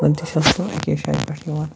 زَنہٕ تہِ چھِ آسان تِم اَکے جایہِ پٮ۪ٹھ یِوان